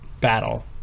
battle